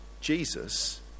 Jesus